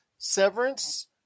severance